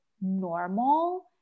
normal